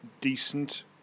decent